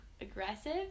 aggressive